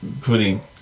putting